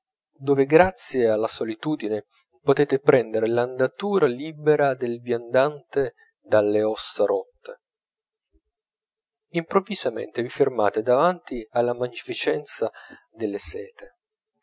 dove grazie alla solitudine potete prendere l'andatura libera del viandante dalle ossa rotte improvvisamente vi fermate davanti alla magnificenza delle sete